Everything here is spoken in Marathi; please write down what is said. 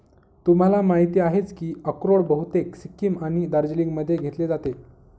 तुम्हाला माहिती आहेच की अक्रोड बहुतेक सिक्कीम आणि दार्जिलिंगमध्ये घेतले जाते